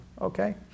Okay